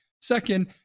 Second